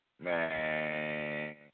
Man